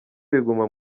biguma